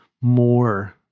more